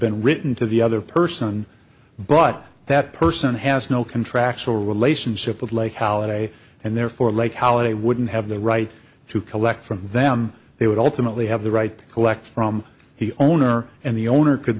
been written to the other person but that person has no contractual relationship with like holiday and therefore like holiday wouldn't have the right to collect from them they would ultimately have the right to collect from the owner and the owner could